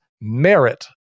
merit